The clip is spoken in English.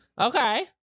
Okay